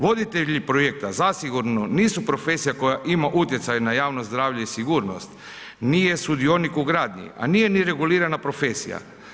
Voditelji projekta zasigurno nisu profesija koja ima utjecaj na javno zdravlje i sigurnost, nije sudionik u gradnji, a nije ni regulirana profesija.